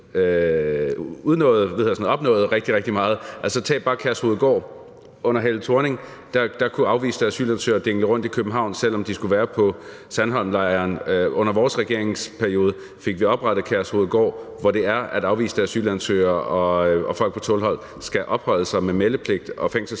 rigtig, rigtig meget. Tag bare Kærshovedgård. Under Helle Thorning-Schmidt kunne afviste asylansøgere dingle rundt i København, selv om de skulle være i Sandholmlejren. Under vores regeringsperiode fik vi oprettet Kærshovedgård, hvor de afviste asylansøgere og folk på tålt ophold skal opholde sig med meldepligt og fængselsstraf,